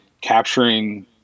capturing